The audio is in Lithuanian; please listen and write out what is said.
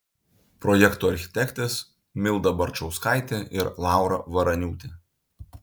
projekto architektės milda barčauskaitė ir laura varaniūtė